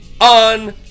On